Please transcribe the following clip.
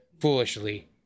foolishly